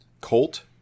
Colt